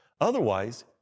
Otherwise